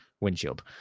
windshield